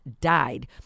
died